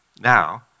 Now